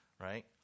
right